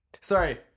Sorry